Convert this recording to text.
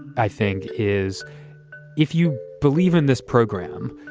i think, is if you believe in this program,